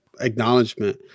acknowledgement